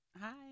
Hi